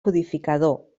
codificador